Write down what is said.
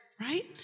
Right